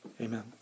Amen